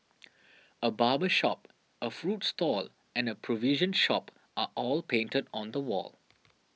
a barber shop a fruit stall and a provision shop are all painted on the wall